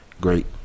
great